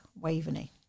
Waveney